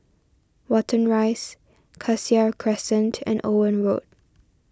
Watten Rise Cassia Crescent and Owen Road